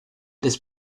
des